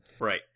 Right